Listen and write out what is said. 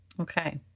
Okay